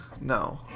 no